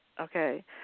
okay